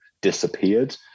disappeared